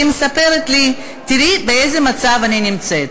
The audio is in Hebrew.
היא מספרת לי: תראי באיזה מצב אני נמצאת,